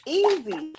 easy